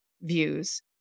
views